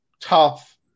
tough